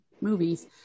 movies